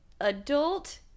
adult